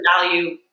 value